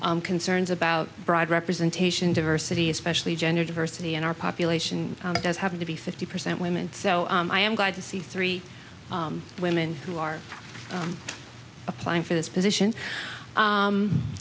of concerns about broad representation diversity especially gender diversity in our population does have to be fifty percent women so i am glad to see three women who are applying for this position